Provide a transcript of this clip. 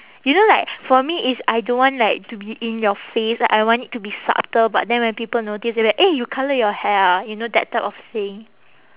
you know like for me is I don't want like to be in your face like I want it to be subtle but then when people notice they'll be like eh you colour your hair ah you know that type of thing